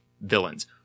villains